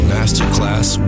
Masterclass